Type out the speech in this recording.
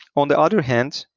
on the other hand,